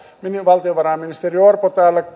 valtiovarainministeri orpo täällä